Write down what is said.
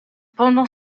pendant